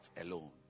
alone